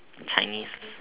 chinese